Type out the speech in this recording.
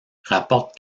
rapporte